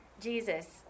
Jesus